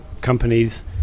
companies